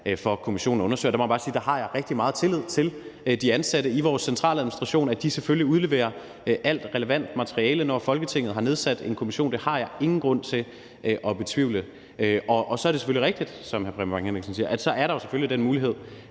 for kommissionen at undersøge. Og der må jeg bare sige, at der har jeg rigtig meget tillid til, at de ansatte i vores centraladministration selvfølgelig udleverer alt relevant materiale, når Folketinget har nedsat en kommission. Det har jeg ingen grund til at betvivle. Og så er det selvfølgelig rigtigt, som hr. Preben Bang Henriksen siger, at der selvfølgelig er den mulighed,